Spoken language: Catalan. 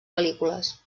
pel·lícules